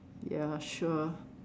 ya sure